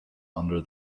under